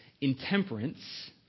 intemperance